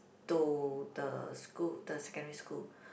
to the school the secondary school